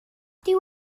dyw